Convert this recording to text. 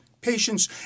patients